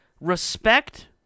respect